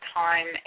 time